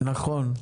- נכון.